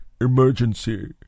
emergency